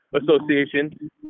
association